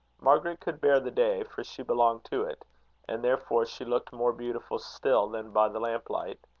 margaret could bear the day, for she belonged to it and therefore she looked more beautiful still than by the lamp-light.